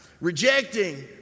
rejecting